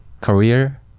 career